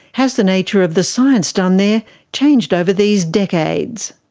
has the nature of the science done there changed over these decades?